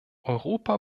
europa